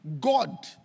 God